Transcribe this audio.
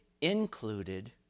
included